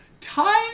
Time